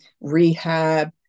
rehab